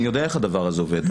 אני יודע איך הדבר הזה עובד.